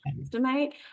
estimate